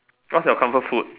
what's your comfort food